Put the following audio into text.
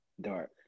Dark